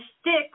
stick